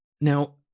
Now